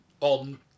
on